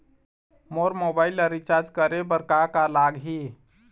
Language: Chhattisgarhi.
मोर मोबाइल ला रिचार्ज करे बर का का लगही?